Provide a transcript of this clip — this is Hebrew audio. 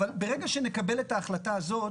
אבל ברגע שנקבל את ההחלטה הזאת,